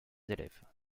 élèves